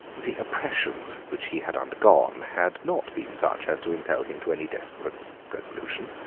the oppressions which he had undergone had not been such as to impel him to any desperate resolution.